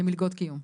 למלגות קיום.